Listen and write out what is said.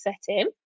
setting